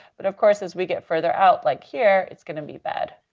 but of course, as we get further out like here, it's gonna be bad.